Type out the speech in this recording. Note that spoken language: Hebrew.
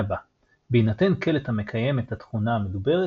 הבא בהינתן קלט המקיים את התכונה המדוברת,